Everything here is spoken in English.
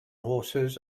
horses